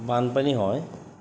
বানপানী হয়